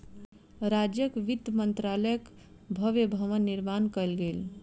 राज्यक वित्त मंत्रालयक भव्य भवन निर्माण कयल गेल